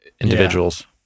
individuals